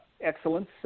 excellence